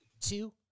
Two